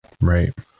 Right